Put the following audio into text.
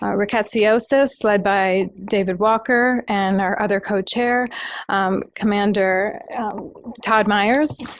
rickettsiosis led by david walker and our other co-chair commander todd myers.